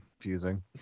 confusing